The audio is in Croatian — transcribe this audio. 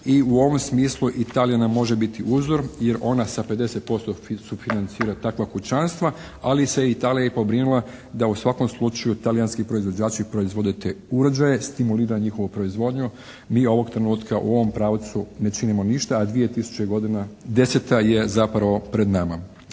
i u ovom smislu Italija nam može biti uzor jer ona sa 50% sufinancira takva kućanstva, ali se Italija i pobrinula da u svakom slučaju talijanski proizvođači proizvode te uređaje, stimulira njihovu proizvodnju. Mi ovog trenutka u ovom pravcu ne činimo ništa, a 2010. je zapravo pred nama.